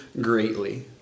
greatly